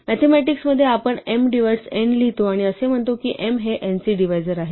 मॅथेमॅटिकसमध्ये आपण m divides n लिहितो आणि असे म्हणतो की m हे n चे डिवाईझर आहे